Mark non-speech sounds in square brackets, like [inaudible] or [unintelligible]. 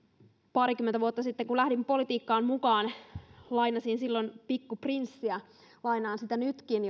parikymmentä vuotta sitten lähdin politiikkaan mukaan lainasin silloin pikku prinssiä lainaan sitä nytkin [unintelligible]